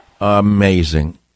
Amazing